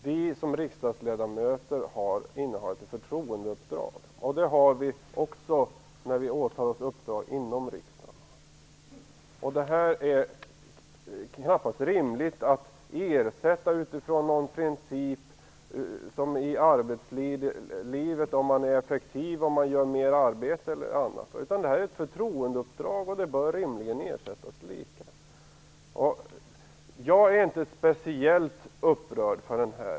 Vi som riksdagsledamöter innehar ett förtroendeuppdrag. Det har vi också när vi åtar oss uppdrag inom riksdagen. Det är knappast rimligt att ersätta detta utifrån någon princip i arbetslivet om att man är effektiv om man gör mer arbete eller annat. Det här är ett förtroendeuppdrag och det bör rimligen ersättas lika. Jag är inte speciellt upprörd.